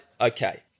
okay